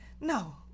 No